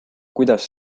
kuidas